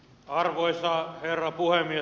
arvoisa herra puhemies